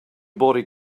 body